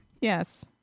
Yes